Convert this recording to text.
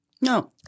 No